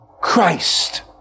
Christ